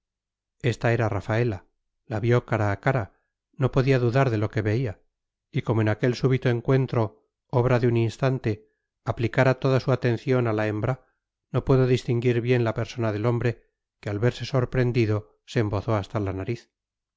esta era rafaela la vio cara a cara no podía dudar de lo que veía y como en aquel súbito encuentro obra de un instante aplicara toda su atención a la hembra no pudo distinguir bien la persona del hombre que al verse sorprendido se embozó hasta la nariz